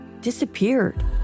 disappeared